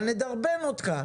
אבל נדרבן אותך,